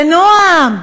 בנועם.